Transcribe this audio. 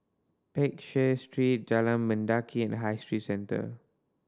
Peck Share Street Jalan Mendaki and High Street Centre